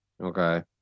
Okay